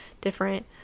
different